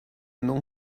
non